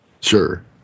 Sure